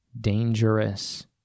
dangerous